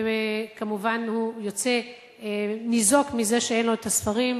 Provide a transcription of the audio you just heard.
וכמובן הוא יוצא ניזוק מזה שאין לו הספרים,